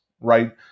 right